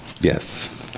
Yes